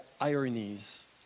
ironies